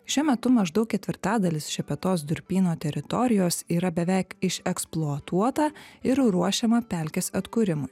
šiuo metu maždaug ketvirtadalis šepetos durpyno teritorijos yra beveik išeksploatuota ir ruošiama pelkės atkūrimui